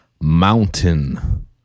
Mountain